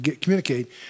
communicate